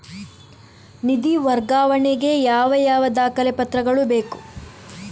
ನಿಧಿ ವರ್ಗಾವಣೆ ಗೆ ಯಾವ ಯಾವ ದಾಖಲೆ ಪತ್ರಗಳು ಬೇಕು?